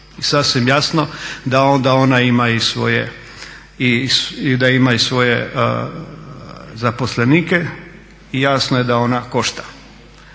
i svoje i da ima i svoje zaposlenike i jasno je da ona košta.